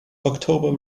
october